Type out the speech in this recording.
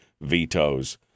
vetoes